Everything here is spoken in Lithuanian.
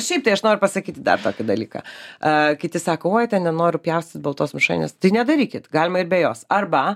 šiaip tai aš noriu pasakyti dar tokį dalyką a kiti sako oi ten nenoriu pjaustyt baltos mišrainės tai nedarykit galima ir be jos arba